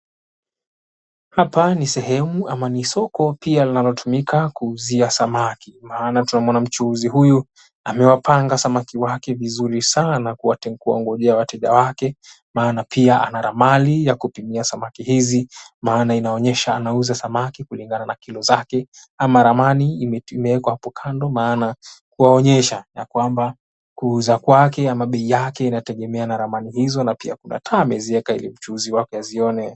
Hapa ni sehemu ama ni soko pia linalotumika kuuzia samaki. Maana tunamwona mchuuzi huyu amewapanga samaki wake vizuri sana kuwangojea wateja wake. Maana pia ana ramani ya kupimia samaki hizi, maana inaonyesha anauza samaki kulingana na kilo zake. Ama ramani imewekwa hapo kando maana kuwaonyesha ya kwamba kuuza kwake ama bei yake inategemea na ramani hizo na pia kuna taa ameziweka ili mchuuzi wake azione.